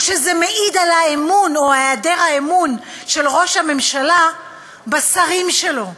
או שזה מעיד על האמון או היעדר האמון של ראש הממשלה בשרים שלו,